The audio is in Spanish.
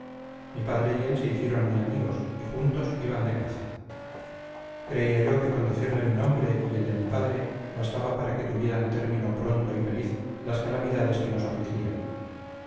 mi padre y él se hicieron muy amigos y juntos iban de caza creía yo que con decirle mi nombre y el de mi padre bastaba para que tuvieran término pronto y feliz las calamidades que nos afligían